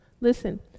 listen